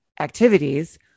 activities